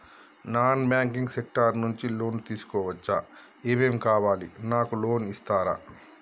నాకు banking sector నుంచి loan తీసుకోవచ్చా? ఏమేం కావాలి? నాకు లోన్ ఇస్తారా?